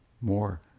More